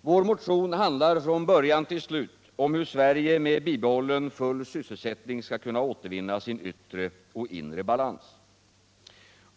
Vår motion handlar från början till slut om hur Sverige med bibehållen full sysselsättning skall kunna återvinna sin yttre och inre balans.